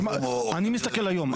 אני מסתכל היום,